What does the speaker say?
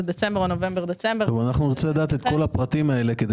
אני רוצה לדעת את כל הפרטים האלה כדי